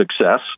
success